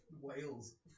Wales